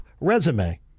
resume